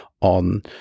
on